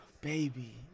Baby